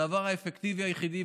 הדבר האפקטיבי היחידי,